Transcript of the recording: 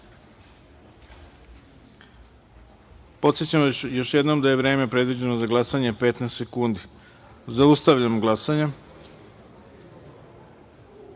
vas još jednom da je vreme predviđeno za glasanje 15 sekundi. Zaustavljam glasanje. Glasalo